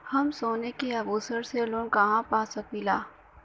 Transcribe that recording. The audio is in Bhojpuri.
हम सोने के आभूषण से लोन कहा पा सकीला?